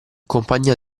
compagnia